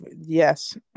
Yes